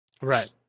Right